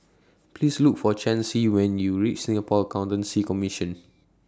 Please Look For Chancey when YOU REACH Singapore Accountancy Commission